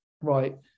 right